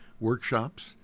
workshops